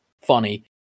funny